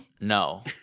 No